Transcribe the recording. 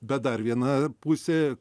bet dar viena pusė